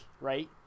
right